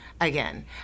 again